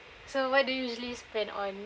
so what do you usually spend on